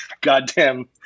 goddamn